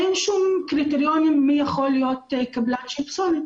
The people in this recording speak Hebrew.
אין שום קריטריונים מי יכול להיות קבלן פסולת,